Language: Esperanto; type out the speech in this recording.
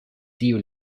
tiu